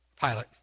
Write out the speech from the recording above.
Pilate